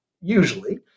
usually